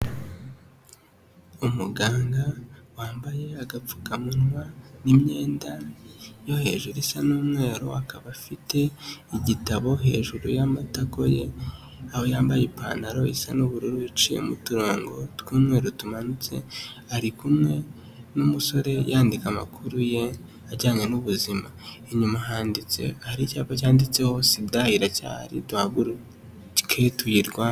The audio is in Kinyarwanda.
Umuganga wambaye agapfukamunwa n'imyenda yo hejuru isa n'umweru, akaba afite igitabo hejuru y'amatako ye aho yambaye ipantaro isa n'ubururu iciyemo uturongo tw'umweru tumanutse, ari kumwe n'umusore yandika amakuru ye ajyanye n'ubuzima, inyuma handitse hari icyapa cyanditseho SIDA iracyari duhaguruke tuyirwaye.